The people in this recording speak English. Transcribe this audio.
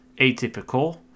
atypical